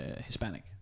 Hispanic